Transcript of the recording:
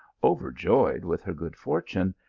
overjoyed with her good fortune,